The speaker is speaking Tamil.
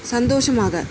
சந்தோஷமாக